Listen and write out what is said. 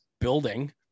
building